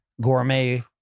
gourmet